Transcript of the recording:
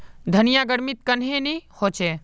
धनिया गर्मित कन्हे ने होचे?